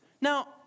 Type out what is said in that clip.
Now